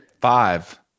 Five